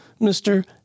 Mr